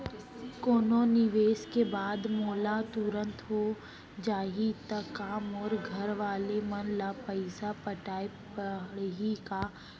कोनो निवेश के बाद मोला तुरंत हो जाही ता का मोर घरवाले मन ला पइसा पटाय पड़ही का?